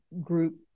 group